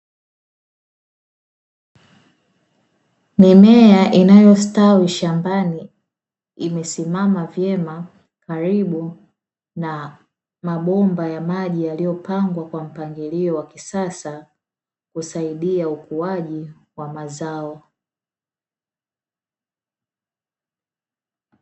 Mimea inayostawi shambani, imesimama vyema karibu na mabomba ya maji yaliyopangwa kwa mpangilio wa kisasa, husaidia ukuaji wa mazao.